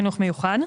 חינוך מיוחד.